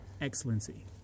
Excellency